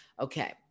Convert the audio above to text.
Okay